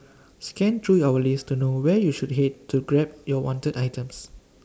scan through our list to know where you should Head to to grab your wanted items